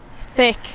thick